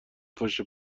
پشت